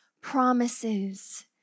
promises